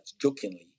jokingly